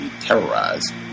terrorized